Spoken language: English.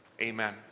Amen